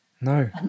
No